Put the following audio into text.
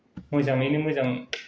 मोजाङैनो मोजां